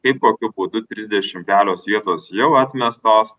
kaip kokiu būdu trisdešim kelios vietos jau atmestos